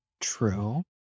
True